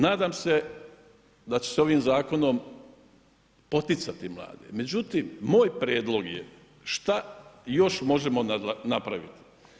Nadam se da će se ovim zakonom poticati mlade, međutim moj prijedlog šta još možemo napraviti.